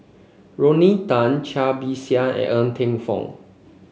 Rodney Tan Cai Bixia and Ng Teng Fong